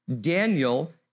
Daniel